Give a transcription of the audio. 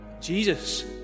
Jesus